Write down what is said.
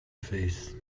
face